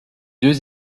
deux